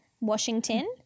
Washington